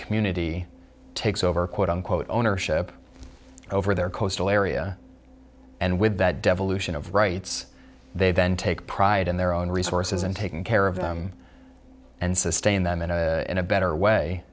community takes over quote unquote ownership over their coastal area and with that devolution of rights they then take pride in their own resources and taking care of them and sustain them in a in a better way